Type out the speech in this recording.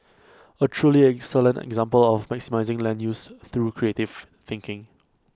A truly excellent example of maximising land use through creative thinking